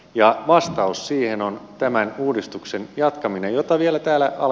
ja vastaus siihen on tämän uudistuksen jatkaminen jota vielä täällä on